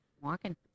Walking